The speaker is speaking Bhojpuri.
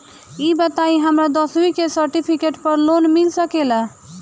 ई बताई हमरा दसवीं के सेर्टफिकेट पर लोन मिल सकेला?